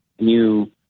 new